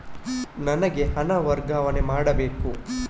ನನಗೆ ಹಣ ವರ್ಗಾವಣೆ ಮಾಡಬೇಕು